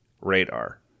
radar